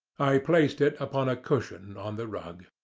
i placed it upon a cushion on the rug.